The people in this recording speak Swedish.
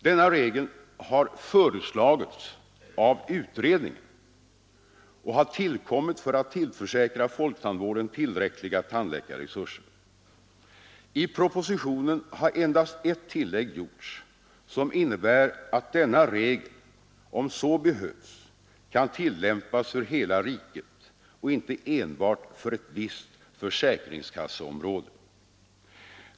Denna regel har föreslagits av utredningen och har tillkommit för att tillförsäkra folktandvården tillräckliga tandläkarresurser. I propositionen har endast ett tillägg gjorts som innebär att denna regel om så behövs kan tillämpas för hela riket och inte enbart för ett visst försäkringskasseområde.